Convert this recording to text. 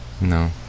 No